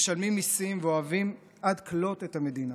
משלמים מיסים ואוהבים עד כלות את המדינה.